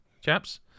chaps